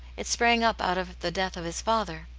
it sprang up out of the death of his father.